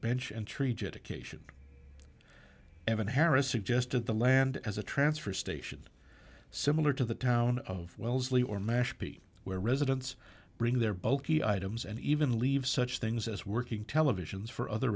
bench and treat it occasion evan harris suggested the land as a transfer station similar to the town of wellesley or mashpee where residents bring their bulky items and even leave such things as working televisions for other